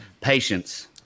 patience